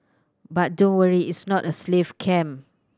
but don't worry its not a slave camp